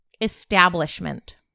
Establishment